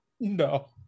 No